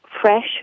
fresh